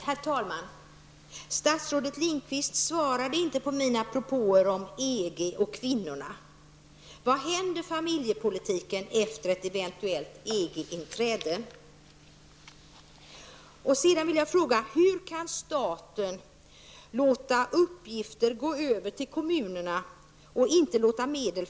Herr talman! Statsrådet Lindqvist svarade inte beträffande mina propåer om EG och kvinnorna. Vad händer med familjepolitiken efter ett eventuellt inträde i EG? Och hur kan staten låta uppgifter föras över till kommunerna utan att dessa uppgifter åtföljs av medel?